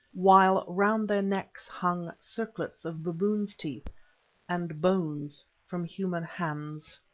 while round their necks hung circlets of baboons' teeth and bones from human hands.